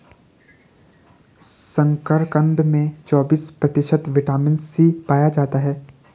शकरकंद में चौबिस प्रतिशत विटामिन सी पाया जाता है